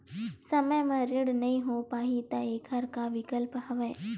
समय म ऋण नइ हो पाहि त एखर का विकल्प हवय?